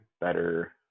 better